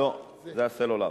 לא, זה הסלולר.